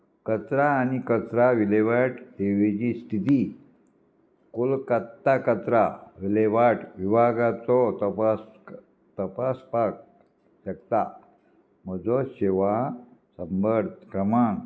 कचरा आनी कचरा विलेवाट सेवेची स्थिती कोलकत्ता कचरा विलेवाट विभागाचो तपास तपासपाक शकता म्हजो सेवा संपर्क क्रमांक